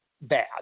bad